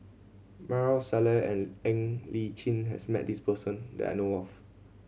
Maarof Salleh and Ng Li Chin has met this person that I know of